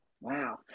Wow